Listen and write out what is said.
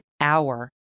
hour